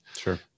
Sure